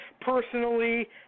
personally